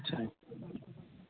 अच्छा